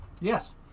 Yes